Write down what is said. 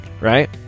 right